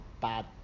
bad